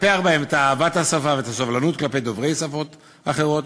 לטפח בהם את אהבת השפה ואת הסובלנות כלפי דוברי שפות אחרות,